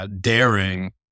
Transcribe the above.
daring